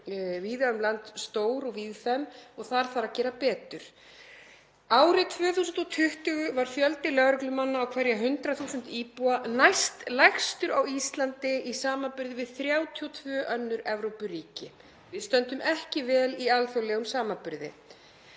víða um land stór og víðfeðm og þar þarf að gera betur. Árið 2020 var fjöldi lögreglumanna á hverja 100.000 íbúa næstlægstur á Íslandi í samanburði við 32 önnur Evrópuríki. Við stöndum ekki vel í alþjóðlegum samanburði.